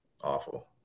awful